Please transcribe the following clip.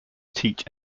teach